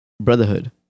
Brotherhood